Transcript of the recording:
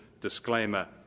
disclaimer